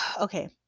okay